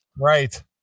Right